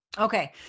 Okay